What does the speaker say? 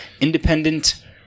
independent